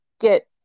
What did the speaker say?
get